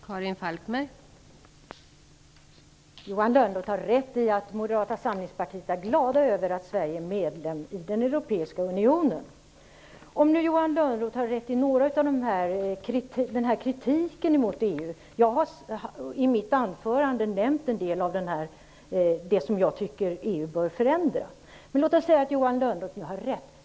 Fru talman! Johan Lönnroth har rätt i att vi i Moderata Samlingspartiet är glada över att Sverige är medlem i den europeiska unionen. Johan Lönnroth har kanske rätt i någon del av kritiken mot EU. Jag har i mitt anförande nämnt en del av det som jag tycker att EU bör förändra. Men låt oss nu säga att Johan Lönnroth har rätt.